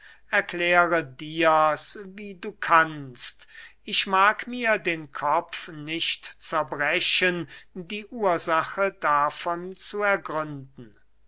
erkläre dirs wie du kannst ich mag mir den kopf nicht zerbrechen die ursache davon zu ergründen